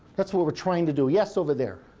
that's what we're trying to do. yes, over there?